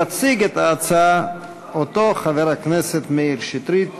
יציג את ההצעה אותו חבר הכנסת מאיר שטרית,